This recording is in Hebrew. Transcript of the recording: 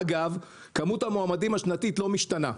אגב, כמות המועמדים השנתית לא משתנה.